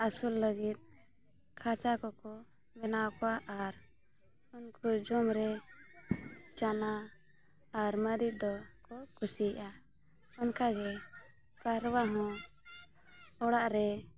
ᱟᱹᱥᱩᱞ ᱞᱟᱹᱜᱤᱫ ᱠᱷᱟᱸᱪᱟ ᱠᱚᱠᱚ ᱵᱮᱱᱟᱣ ᱟᱠᱚᱣᱟ ᱟᱨ ᱩᱱᱠᱩ ᱡᱚᱢ ᱨᱮ ᱪᱟᱱᱟ ᱟᱨ ᱢᱟᱹᱨᱤᱪ ᱫᱚᱠᱚ ᱠᱩᱥᱤᱭᱟᱜᱼᱟ ᱚᱱᱠᱟ ᱜᱮ ᱯᱟᱨᱣᱟ ᱦᱚᱸ ᱚᱲᱟᱜ ᱨᱮ